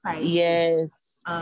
Yes